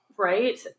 Right